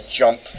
jump